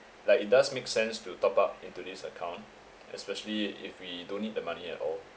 like it does make sense to top up into this account especially if we don't need the money at all